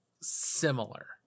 similar